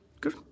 Good